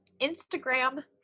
Instagram